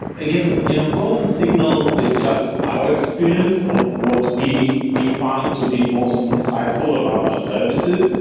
again, you know golden signals is just our experience of what we we found to be most insightful about our services.